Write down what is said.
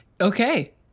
Okay